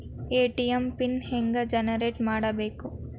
ATM PIN ಹೆಂಗ್ generate ಮಾಡಬೇಕು?